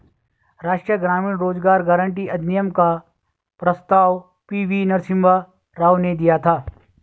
राष्ट्रीय ग्रामीण रोजगार गारंटी अधिनियम का प्रस्ताव पी.वी नरसिम्हा राव ने दिया था